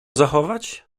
zachować